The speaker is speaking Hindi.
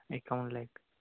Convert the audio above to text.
इक्यावन लाख